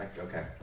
Okay